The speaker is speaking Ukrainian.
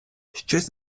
щось